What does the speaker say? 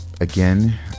again